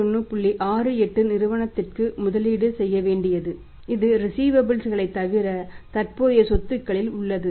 68 நிறுவனங்களுக்கு முதலீடு செய்ய வேண்டியது இது ரிஸீவபல்ஸ் களைத் தவிர தற்போதைய சொத்துக்களில் உள்ளது